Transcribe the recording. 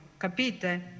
Capite